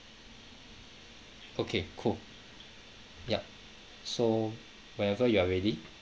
okay cool ya so whenever you are ready